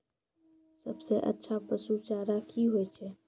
सबसे अच्छा पसु चारा की होय छै?